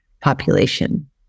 population